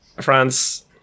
France